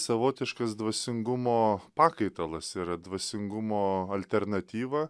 savotiškas dvasingumo pakaitalas yra dvasingumo alternatyva